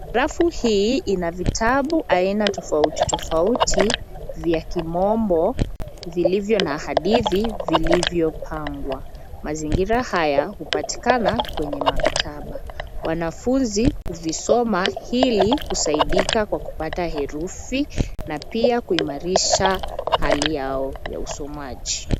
Rafu hii ina vitabu aina tofauti tofauti vya kimombo vilivyona na hadithi vilivyopangwa. Mazingira haya hupatikana kwenye maktaba. Wanafunzi huvisoma ili kusaidika kwa kupata herufi na pia kuimarisha hali yao ya usomaji.